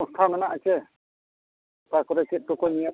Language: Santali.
ᱯᱚᱱᱛᱷᱟ ᱢᱮᱱᱟᱜᱼᱟ ᱪᱮ ᱚᱠᱟ ᱠᱚᱨᱮ ᱪᱮᱫ ᱠᱚᱠᱚ ᱧᱮᱞᱟ